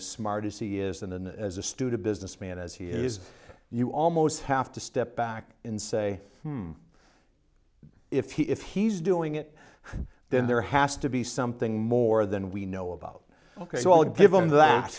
a smart to see is and then as a student businessman as he is you almost have to step back in say if he if he's doing it then there has to be something more than we know about ok so i'll give him that